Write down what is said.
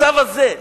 הצו הזה,